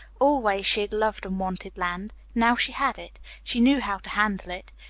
always she had loved and wanted land. now she had it. she knew how to handle it.